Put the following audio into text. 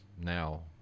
now